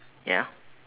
ya